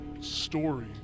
story